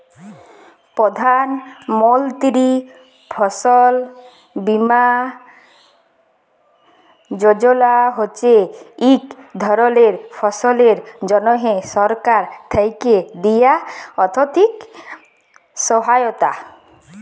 প্রধাল মলতিরি ফসল বীমা যজলা হছে ইক ধরলের ফসলের জ্যনহে সরকার থ্যাকে দিয়া আথ্থিক সহায়তা